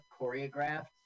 choreographed